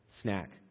snack